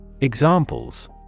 Examples